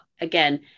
again